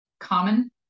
common